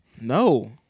no